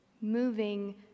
moving